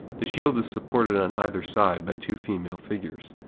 the shield is supported on either side by two female figures.